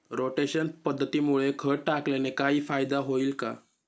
Rotation पद्धतीमुळे खत टाकल्याने काही फायदा होईल का?